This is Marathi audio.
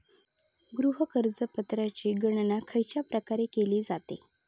गृह कर्ज पात्रतेची गणना खयच्या प्रकारे केली जाते?